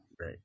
Right